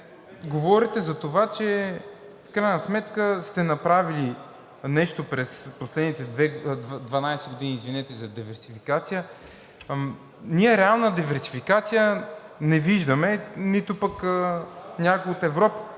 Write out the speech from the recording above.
говорите за това, че в крайна сметка сте направили нещо през последните 12 години за диверсификацията – ние реална диверсификация не виждаме, нито пък някой от Европа.